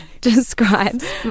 describes